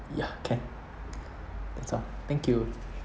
ya can that's all thank you